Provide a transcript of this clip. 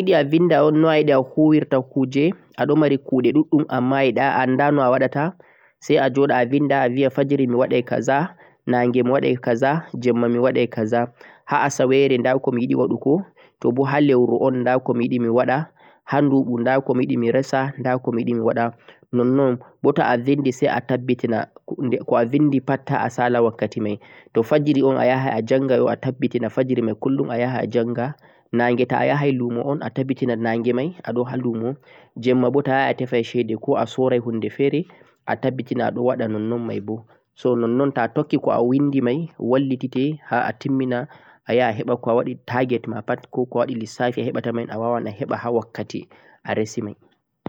Toàyiɗe a winda no ayiɗeri ahuwa kuɗe ma, arannii alatta aɗon andi kude a huwata ha nyaloma mai. Fajira miwaɗan kaza, naàge miwaɗan kaza jemma nda ko mi watta. Asawe be alal nda ko mi watta nonnon ha leuru be nduɓu fuu